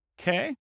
Okay